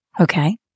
Okay